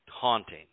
taunting